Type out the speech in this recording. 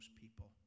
people